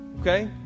Okay